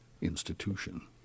institution